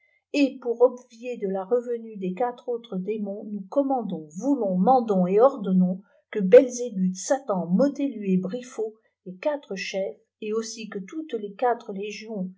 et pour obvier à la revenue des quatre autres démons nous commandons voulons mandons et ordonnons que belaébuth satan molelu et'briffault les quatre chefs et aussi que toutes les quatre légions